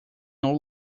old